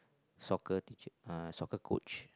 soccer teacher uh soccer coach